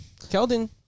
Keldon